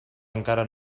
encara